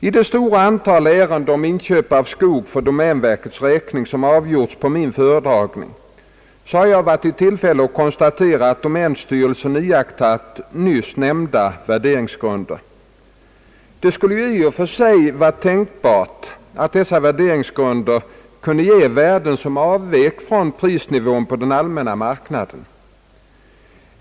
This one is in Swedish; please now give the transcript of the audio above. I det stora antal ärenden om inköp av skog för domänverkets räkning, som avgjorts på min föredragning, har jag varit i tillfälle att konstatera att domänstyrelsen iakttagit nyss nämnda värderingsgrunder. Det skulle i och för sig vara tänkbart att dessa värderingsgrunder kunde ge värden som avvek från prisnivån på den allmänna marknaden.